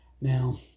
Now